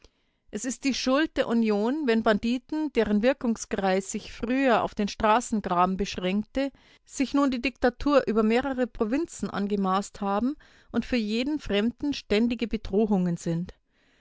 es ist die schuld der union wenn banditen deren wirkungskreis sich früher auf den straßengraben beschränkte sich nun die diktatur über mehrere provinzen angemaßt haben und für jeden fremden ständige bedrohungen sind